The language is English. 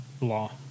law